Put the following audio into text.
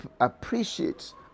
appreciates